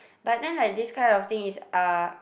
but then like this kind of thing is uh